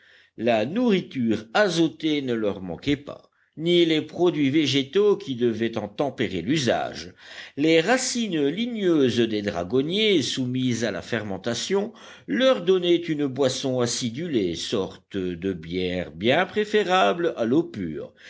la nourriture azotée ne leur manquait pas ni les produits végétaux qui devaient en tempérer l'usage les racines ligneuses des dragonniers soumises à la fermentation leur donnaient une boisson acidulée sorte de bière bien préférable à l'eau pure